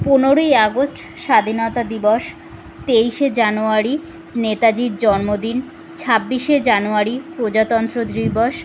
পনেরোই আগস্ট স্বাধীনতা দিবস তেইশে জানুয়ারি নেতাজির জন্মদিন ছাব্বিশে জানুয়ারি প্রজাতন্ত্র দিবস